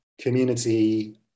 community